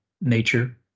nature